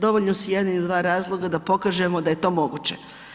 Dovoljni su jedan ili dva razloga da pokažemo da to moguće.